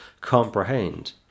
comprehend